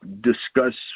discuss